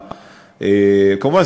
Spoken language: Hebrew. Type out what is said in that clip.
כמובן,